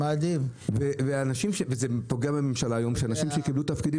זה פוגע בממשלה היום שאנשים שקיבלו תפקידים